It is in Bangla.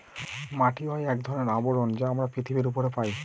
মাটি হয় এক ধরনের আবরণ যা আমরা পৃথিবীর উপরে পায়